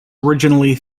originally